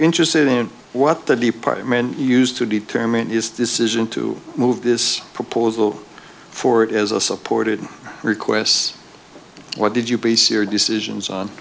interested in what the department used to determine is this isn't to move this proposal for it is a supported requests what did you base your decisions on